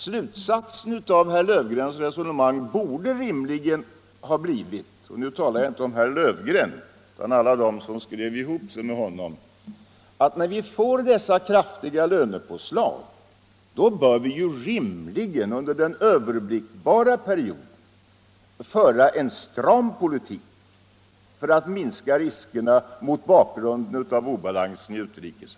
Slutsatsen av herr Löfgrens resonemang borde rimligen ha blivit — nu talar jag inte bara om herr Löfgren utan om alla dem som skrev ihop sig med honom -— att vi efter dessa kraftiga lönepåslag och mot bakgrund av obalansen i utrikeshandeln bör föra en stram politik för att minska riskerna under den överblickbara perioden.